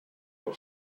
will